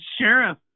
sheriff